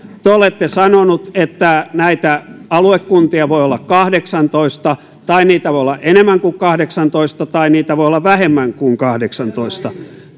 te olette sanonut että näitä aluekuntia voi olla kahdeksantoista tai niitä voi olla enemmän kuin kahdeksantoista tai niitä voi olla vähemmän kuin kahdeksantoista